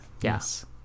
Yes